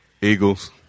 Eagles